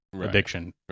addiction